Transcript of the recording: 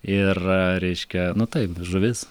ir reiškia nu taip žuvis